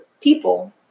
people